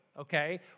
okay